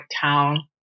town